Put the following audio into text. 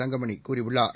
தங்கமணி கூறியுள்ளார்